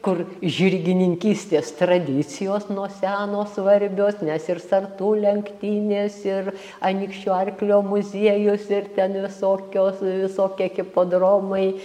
kur žirgininkystės tradicijos nuo seno svarbios nes ir sartų lenktynės ir anykščių arklio muziejus ir ten visokios visokie hipodromai